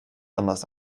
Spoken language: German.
anders